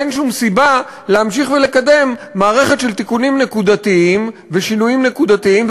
אין שום סיבה להמשיך לקדם מערכת של תיקונים ושינויים נקודתיים,